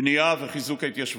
בנייה וחיזוק ההתיישבות.